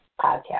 podcast